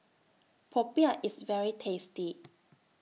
Popiah IS very tasty